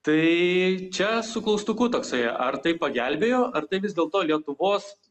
tai čia su klaustuku toksai ar tai pagelbėjo ar tai vis dėlto lietuvos